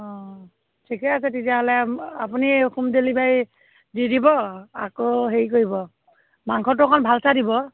অঁ ঠিকে আছে তেতিয়াহ'লে আপুনি হোম ডেলিভাৰী দি দিব আকৌ হেৰি কৰিব মাংসটো অকণ ভাল চাই দিব